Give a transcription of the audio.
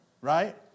right